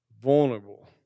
vulnerable